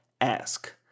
ask